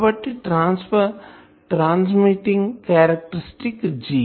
కాబట్టి transmitting characteristic G